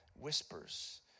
whispers